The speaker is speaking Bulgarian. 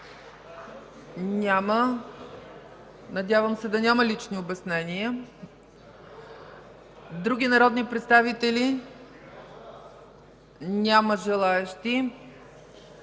Няма. Надявам се да няма лични обяснения. Други народни представители? Няма желаещи.